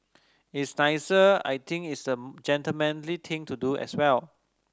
it's nicer I think it's the gentlemanly thing to do as well